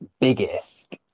biggest